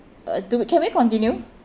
uh do we can we continue